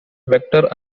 vector